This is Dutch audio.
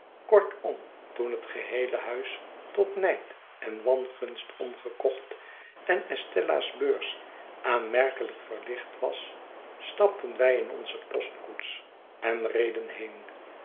kortom toen het geheele huis tot nijd en wangunst omgekocht en estella's beurs aanmerkelijk verlicht was stapten wij in onze postkoets en reden heen